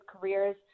careers